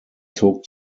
zog